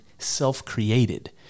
Self-created